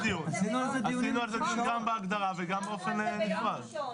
עשינו על זה דיון גם בהגדרה וגם באופן נפרד.